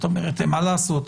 מה לעשות,